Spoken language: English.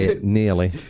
Nearly